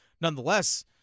nonetheless